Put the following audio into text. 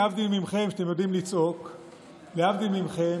להבדיל מכם,